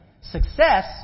Success